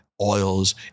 oils